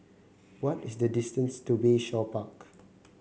what is the distance to Bayshore Park